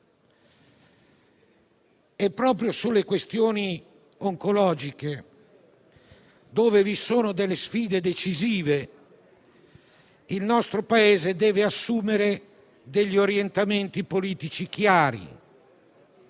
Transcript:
Proprio sulle questioni oncologiche, dove vi sono delle sfide decisive, il nostro Paese deve assumere degli orientamenti politici chiari: